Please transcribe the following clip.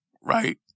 right